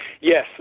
Yes